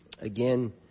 again